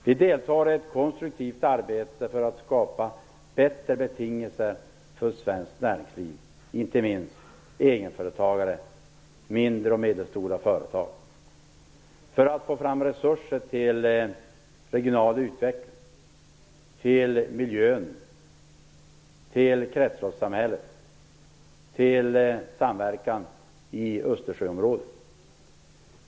Vi deltar i ett konstruktivt arbete för att skapa bättre betingelser för svenskt näringsliv, inte minst egenföretagare och mindre och medelstora företag, och för att få fram resurser till regional utveckling, till miljön, till kretsloppssamhället och till samverkan i Östersjöområdet.